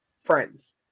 friends